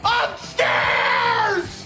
upstairs